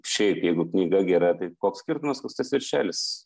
šiaip jeigu knyga gera tai koks skirtumas koks tas viršelis